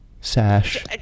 Sash